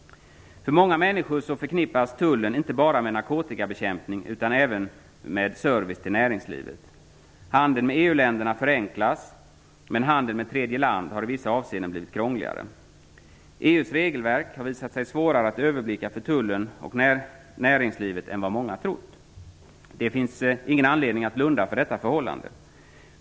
För många människor förknippas Tullen inte bara med narkotikabekämpning utan även med service till näringslivet. Handeln med EU-länderna förenklas, men handeln med tredje land har i vissa avseenden blivit krångligare. EU:s regelverk har visat sig svårare att överblicka för Tullen och näringslivet än vad många trott. Det finns ingen anledning att blunda för detta.